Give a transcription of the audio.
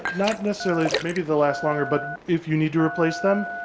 not necessarily maybe they'll last longer but if you need to replace them,